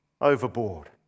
overboard